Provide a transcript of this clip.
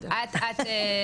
את יודעת.